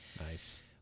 Nice